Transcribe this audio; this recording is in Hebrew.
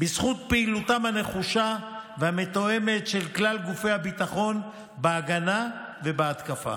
בזכות פעילותם הנחושה והמתואמת של כלל גופי הביטחון בהגנה ובהתקפה